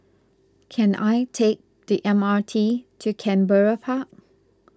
can I take the M R T to Canberra Park